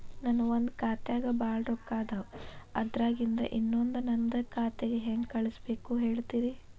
ನನ್ ಒಂದ್ ಖಾತ್ಯಾಗ್ ಭಾಳ್ ರೊಕ್ಕ ಅದಾವ, ಅದ್ರಾಗಿಂದ ಇನ್ನೊಂದ್ ನಂದೇ ಖಾತೆಗೆ ಹೆಂಗ್ ಕಳ್ಸ್ ಬೇಕು ಹೇಳ್ತೇರಿ?